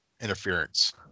interference